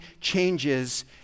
changes